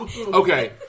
Okay